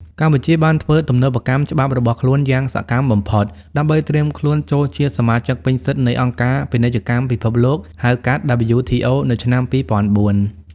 កម្ពុជាបានធ្វើទំនើបកម្មច្បាប់របស់ខ្លួនយ៉ាងសកម្មបំផុត ដើម្បីត្រៀមខ្លួនចូលជាសមាជិកពេញសិទ្ធិនៃអង្គការពាណិជ្ជកម្មពិភពលោក (ហៅកាត់ WTO) នៅឆ្នាំ ២០០៤។